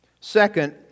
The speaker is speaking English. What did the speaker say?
Second